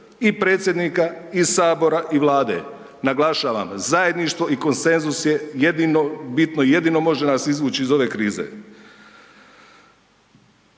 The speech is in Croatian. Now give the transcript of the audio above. i predsjednika i sabora i Vlade. Naglašavam zajedništvo i konsenzus je jedino bitno, jedino može nas izvući iz ove krize.